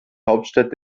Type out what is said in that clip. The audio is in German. hauptstadt